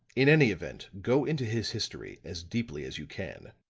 in any event, go into his history as deeply as you can.